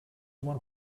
one